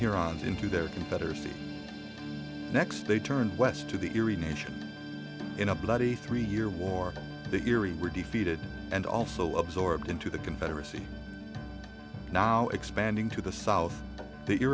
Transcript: eyes into their betters the next they turned west to the eerie nation in a bloody three year war the erie were defeated and also absorbed into the confederacy now expanding to the south that you